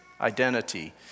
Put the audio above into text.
identity